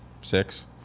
six